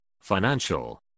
financial